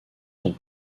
son